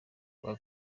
kwa